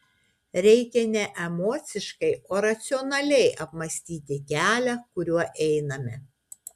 reikia ne emociškai o racionaliai apmąstyti kelią kuriuo einame